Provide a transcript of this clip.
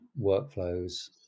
workflows